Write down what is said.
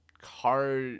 car